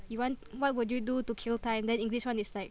you want what would you do to kill time then English [one] is like